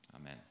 Amen